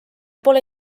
pole